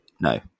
No